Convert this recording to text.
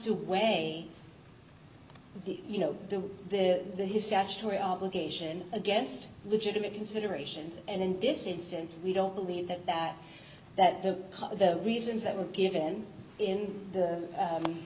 to weigh the you know the history actually obligation against legitimate considerations and in this instance we don't believe that that that the the reasons that were given in the